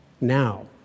now